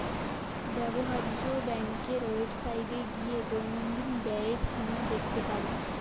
ব্যবহার্য ব্যাংকের ওয়েবসাইটে গিয়ে দৈনন্দিন ব্যয়ের সীমা দেখতে পারি